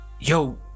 yo